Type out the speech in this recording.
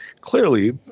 clearly